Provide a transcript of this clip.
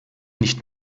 nicht